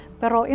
pero